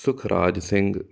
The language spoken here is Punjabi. ਸੁਖਰਾਜ ਸਿੰਘ